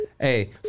hey